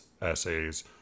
essays